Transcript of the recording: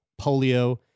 polio